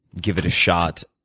give it a shot,